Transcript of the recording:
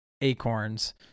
acorns